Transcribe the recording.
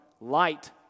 light